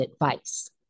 advice